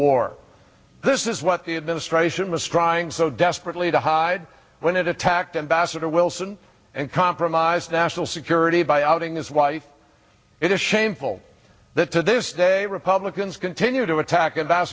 war this is what the administration was trying so desperately to hide when it attacked and bassett or wilson and compromised national security by outing his wife it is shameful that to this day republicans continue to attack and